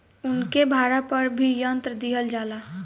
उनके भाड़ा पर भी यंत्र दिहल जाला